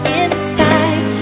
inside